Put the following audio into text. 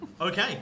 Okay